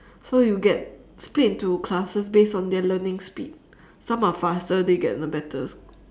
so you get split into classes based on their learning speed some are faster they get the better